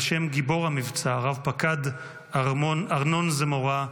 על שם גיבור המבצע רב-פקד ארנון זמורה,